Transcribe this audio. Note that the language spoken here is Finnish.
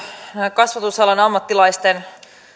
kasvatusalan ammattilaisten